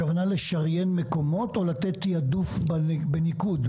הכוונה לשריין מקומות או לתת תעדוף בניקוד,